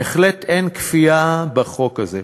בהחלט אין כפייה בחוק הזה.